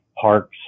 Parks